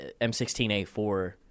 M16A4